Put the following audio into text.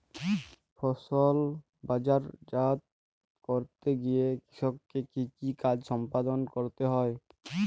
ফসল বাজারজাত করতে গিয়ে কৃষককে কি কি কাজ সম্পাদন করতে হয়?